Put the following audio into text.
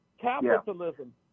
capitalism